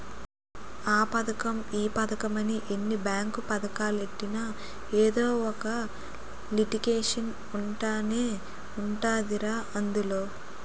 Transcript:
ఆ పదకం ఈ పదకమని ఎన్ని బేంకు పదకాలెట్టినా ఎదో ఒక లిటికేషన్ ఉంటనే ఉంటదిరా అందులో